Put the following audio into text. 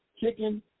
chicken